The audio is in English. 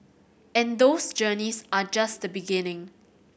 and those journeys are just the beginning